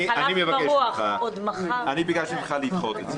אני ביקשתי ממך לדחות את זה.